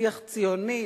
שיח ציוני,